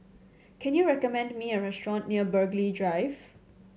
can you recommend me a restaurant near Burghley Drive